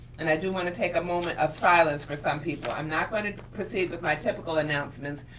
and i do wanna take a moment of silence for some people. i'm not going to proceed with my typical announcements,